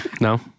No